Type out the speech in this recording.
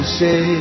say